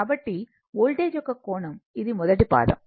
కాబట్టి వోల్టేజ్ యొక్క కోణం ఇది మొదటి పాదం